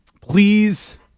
please